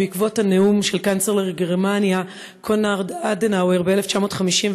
בעקבות הנאום של קנצלר גרמניה קונרד אדנאואר ב-1951,